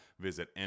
visit